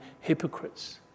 hypocrites